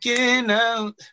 out